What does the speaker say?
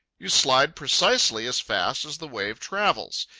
you slide precisely as fast as the wave travels.